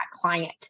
client